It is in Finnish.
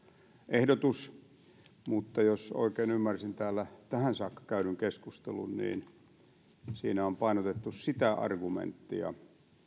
ehdotus mutta jos oikein ymmärsin täällä tähän saakka käydyn keskustelun niin siinä on painotettu sitä argumenttia